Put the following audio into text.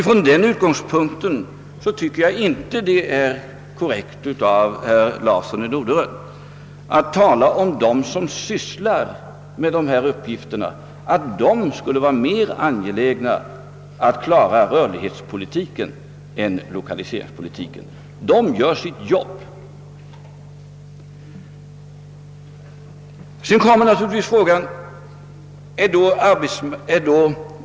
Från den utgångspunkten förefaller det mig inte korrekt av herr Larsson i Norderön att tala om att de som sysslar med dessa uppgifter skulle vara mer: angelägna att klara rörlighetspolitiken än att fullfölja lokaliseringspolitiken. De gör helt enkelt sitt jobb.